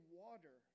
water